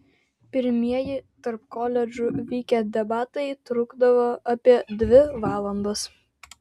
pirmieji tarp koledžų vykę debatai trukdavo apie dvi valandas